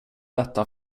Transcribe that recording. detta